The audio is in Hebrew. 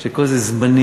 שכל זה זמני,